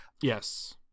Yes